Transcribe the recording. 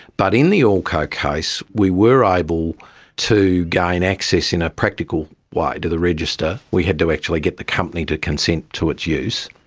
but in the orco case we were able to gain access in a practical way to the register. we had to actually get the company to consent to its use.